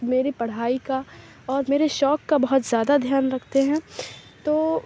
میرے پڑھائی کا اور میرے شوق کا بہت زیادہ دھیان رکھتے ہیں تو